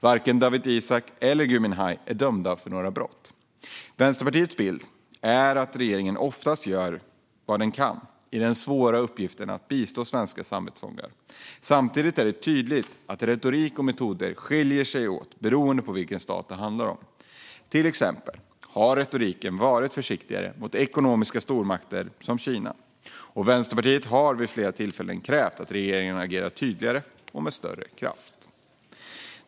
Varken Dawit Isaak eller Gui Minhai är dömda för några brott. Vänsterpartiets bild är att regeringen oftast gör vad den kan i den svåra uppgiften att bistå svenska samvetsfångar. Samtidigt är det tydligt att retorik och metoder skiljer sig åt beroende på vilken stat det handlar om. Till exempel har retoriken varit försiktigare mot ekonomiska stormakter som Kina. Vänsterpartiet har vid flera tillfällen krävt att regeringen agerar tydligare och med större kraft.